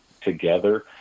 together